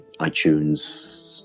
iTunes